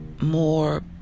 more